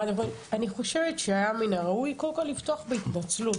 אני חושבת שהיה מן הראוי קודם כל לפתוח בהתנצלות.